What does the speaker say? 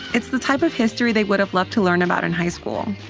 it's the type of history they would have loved to learn about in high school.